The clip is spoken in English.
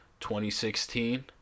2016